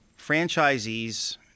franchisees